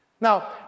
Now